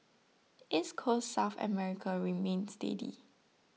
East Coast South America remained steady